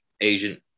agent